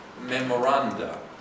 memoranda